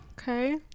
Okay